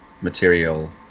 material